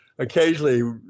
Occasionally